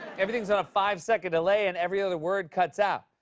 everything's on a five-second delay, and every other word cuts out.